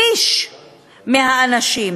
שליש מהאנשים.